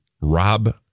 rob